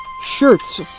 shirts